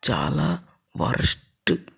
చాలా వరెస్ట్